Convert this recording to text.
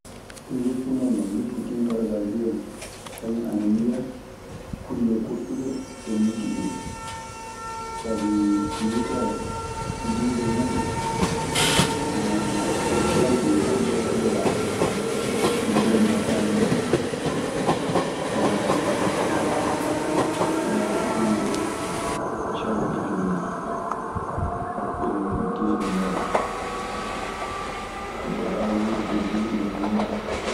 Ɗum luppu tan non; luppu tintorogal jooni kañum ana yiya kulle goɗɗuɗe e luggiɗiɗɗe. Sabi yitere jiile muuɗun ana fanɗi e kulle yogaaji. Ɗun duu woni nafaa ɗun.